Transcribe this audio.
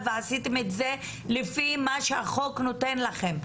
ועשיתם את זה לפי מה שהחוק נותן לכם,